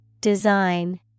Design